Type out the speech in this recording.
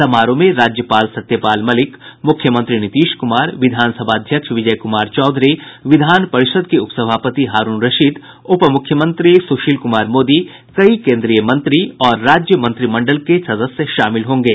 समारोह में राज्यपाल सत्यपाल मलिक मुख्यमंत्री नीतीश कुमार विधानसभा अध्यक्ष विजय कुमार चौधरी विधान परिषद के उपसभापति हारूण रशीद उपमुख्यमंत्री सुशील कुमार मोदी कई केन्द्रीय मंत्री और राज्य मंत्रिमंडल के सदस्य शामिल होंगे